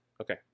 okay